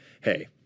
hey